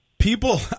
People